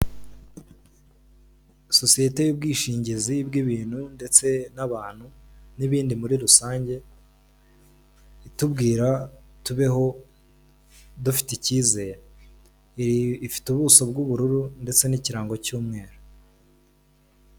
Sosiyete y'ubwishingizi bw'ibintu ndetse n'abantu n'ibindi muri rusange itubwira tubeho dufite icyizere ifite ubuso bw'ubururu ndetse n'ikirango cy'umweru.